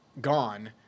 gone